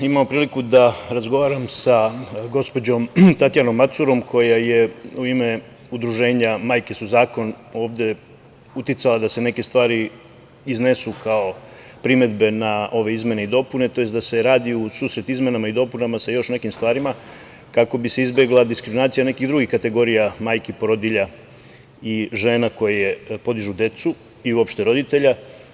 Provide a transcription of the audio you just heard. Imao sam priliku da razgovaram sa gospođom Tatjanom Macurom koja je u ime Udruženja „Majke su zakon“ ovde uticala da se neke stvari iznesu kao primedbe na ove izmene i dopune tj. da se radi u susret izmenama i dopunama sa još nekim stvarima kako bi se izbegla diskriminacija nekih drugih kategorija majki porodilja i žena koje podižu decu, i uopšte roditelja.